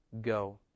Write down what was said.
Go